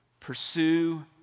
Pursue